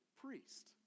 priest